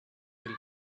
will